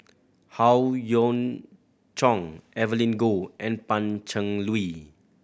Howe Yoon Chong Evelyn Goh and Pan Cheng Lui